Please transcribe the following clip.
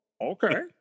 okay